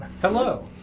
Hello